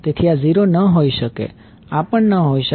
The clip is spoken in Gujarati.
તેથી આ 0 ન હોઈ શકે આ પણ ન હોઈ શકે